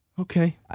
Okay